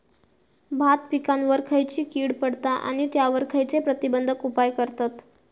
भात पिकांवर खैयची कीड पडता आणि त्यावर खैयचे प्रतिबंधक उपाय करतत?